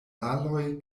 aloj